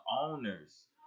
owners